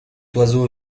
oiseau